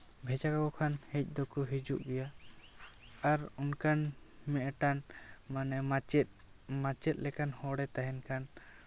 ᱵᱷᱮᱡᱟ ᱠᱟᱠᱚ ᱠᱷᱟᱱ ᱦᱮᱡ ᱫᱚᱠᱚ ᱦᱤᱡᱩᱜ ᱜᱮᱭᱟ ᱟᱨ ᱚᱱᱠᱟᱱ ᱢᱤᱫᱴᱟᱱ ᱢᱟᱱᱮ ᱢᱟᱪᱮᱫ ᱢᱟᱪᱮᱫ ᱞᱮᱠᱟᱱ ᱦᱚᱲᱮ ᱛᱟᱦᱮᱱ ᱠᱷᱟᱱ